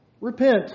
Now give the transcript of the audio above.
repent